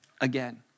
again